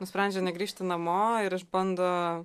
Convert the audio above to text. nusprendžia negrįžti namo ir išbando